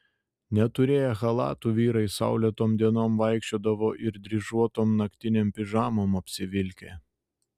neturėję chalatų vyrai saulėtom dienom vaikščiodavo ir dryžuotom naktinėm pižamom apsivilkę